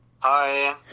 Hi